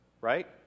Right